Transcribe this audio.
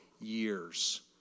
years